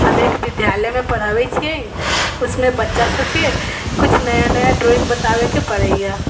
हम एक विद्यालयमे पढ़बैत छियै ओहिमे बच्चा सबके किछु नया नया ड्रॉइङ्ग बताबेके पड़ैया